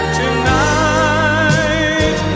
tonight